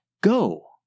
go